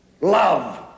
love